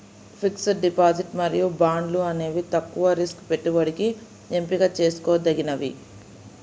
fixed deposit మరియు బాండ్లు అనేవి తక్కువ రిస్క్ పెట్టుబడికి ఎంపిక చేసుకోదగినవి